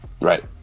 Right